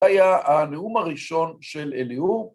‫היה הנאום הראשון של אליהו.